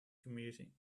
commuting